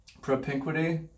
Propinquity